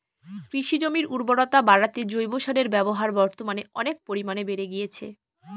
কৃষিজমির উর্বরতা বাড়াতে জৈব সারের ব্যবহার বর্তমানে অনেক পরিমানে বেড়ে গিয়েছে